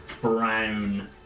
brown